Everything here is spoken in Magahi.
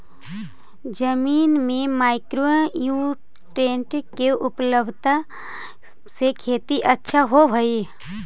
जमीन में माइक्रो न्यूट्रीएंट के उपलब्धता से खेती अच्छा होब हई